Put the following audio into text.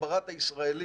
הגיע המנכ"ל,